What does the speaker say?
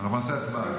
אנחנו נעשה הצבעה.